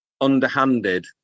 underhanded